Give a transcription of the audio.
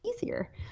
easier